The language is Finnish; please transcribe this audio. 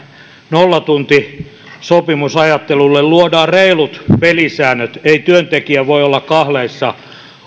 nollatuntisopimusajattelulle luodaan reilut pelisäännöt ei työntekijä voi olla kahleissa